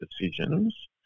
decisions